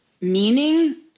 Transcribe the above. meaning